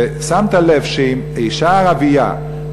ושמת לב שאם אישה ערבייה,